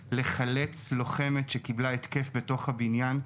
ב-20:00 לחץ לוחמת שקיבלה התקף בתוך הבנייה.